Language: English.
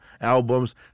albums